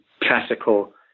classical